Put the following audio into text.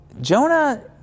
Jonah